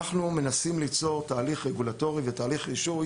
אנחנו מנסים ליצור תהליך רגולטורי ותהליך רישוי